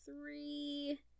three